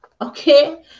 okay